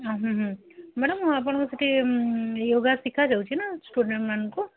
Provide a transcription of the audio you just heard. ହୁଁ ହୁଁ ହୁଁ ମ୍ୟାଡମ୍ ଆପଣଙ୍କର ସେଠି ୟୋଗା ଶିଖାାଯାଉଛି ନା ଷ୍ଟୁଡେଣ୍ଟମାନଙ୍କୁ